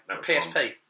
PSP